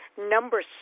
number